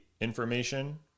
information